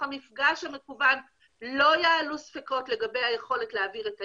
המפגש המקוון לא יעלו ספקות לגבי היכולת להעביר את הילד,